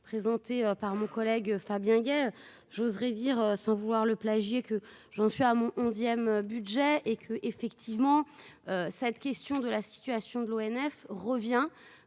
présenté par mon collègue Fabien guerre j'oserais dire, sans vouloir le plagié que j'en suis à mon onzième budget et que, effectivement, cette question de la situation de l'ONF revient,